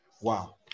wow